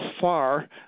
far